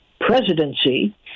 presidency